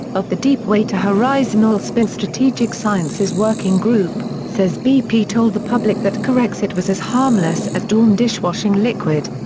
of the deepwater horizon oil spill strategic sciences working group, says bp told the public that corexit was as harmless as dawn dishwashing liquid.